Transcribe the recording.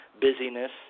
busyness